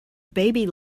baby